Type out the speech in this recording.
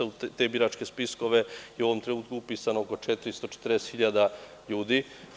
U te biračke spiskove je u ovom trenutku upisano oko 440 hiljada ljudi.